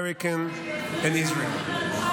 American and Israeli.